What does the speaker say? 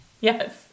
yes